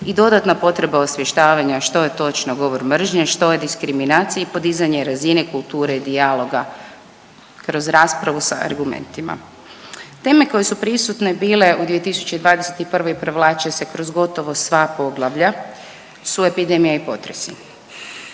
i dodatna potreba osvještavanja što je točno govor mržnje, što je diskriminacija i podizanje razine kulture dijaloga kroz raspravu sa argumentima. Teme koje su prisutne bile u 2021. i provlače se kroz gotovo sva poglavlja su epidemija i potresi.